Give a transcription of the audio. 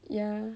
ya